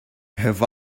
have